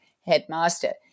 headmaster